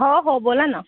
हो हो बोला ना